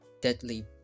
deadly